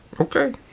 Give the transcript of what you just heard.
Okay